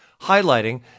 highlighting